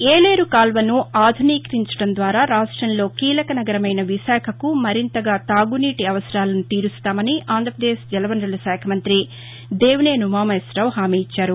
ఏలేరు కాల్వను ఆధునీకరించడం ద్వారా రాష్టంలో కీలకనగరమైన విశాఖకు మరింతగా తాగునీటి అవసరాలను తీరుస్తామని ఆంధ్రప్రదేశ్ జల వనరుల శాఖ మంత్రి దేవినేని ఉమామహేశ్వరరావు హామీ ఇచ్చారు